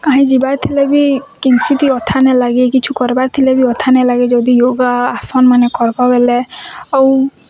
କାହିଁ ଯିବାର୍ ଥିଲେ ବି କିନ୍ସିଥି ଅଥା ନାଇଁ ଲାଗେ କିଛୁ କର୍ବାର୍ ଥିଲେ ବି ଅଥା ନାଇଁ ଲାଗେ ଯଦି ୟୋଗା ଆସନ୍ମାନେ କର୍ବ ବେଲେ ଆଉ